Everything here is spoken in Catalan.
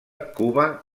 cuba